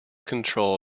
control